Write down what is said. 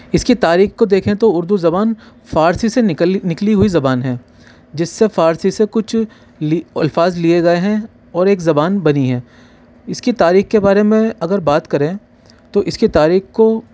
اس کی تاریخ کو دیکھیں تو اردو زبان فارسی سے نکل نکلی ہوئی زبان ہے جس سے فارسی سے کچھ لی الفاظ لیے گئے ہیں اور ایک زبان بنی ہے اس کی تاریخ کے بارے میں اگر بات کریں تو اس کی تاریخ کو